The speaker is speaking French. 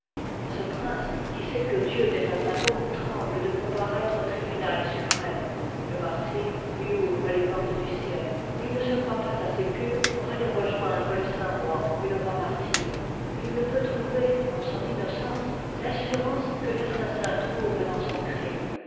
ce prince qui sait que dieu n'est pas un mot tremble de comparaître au tribunal suprême le martyre lui i ouvre les portes du ciel et il ne se croit pas assez pur pour aller rejoindre le saint roi et le roi martyr il ne peut trouver dans son innocence l'assurance que l'assassin trouve dans son crime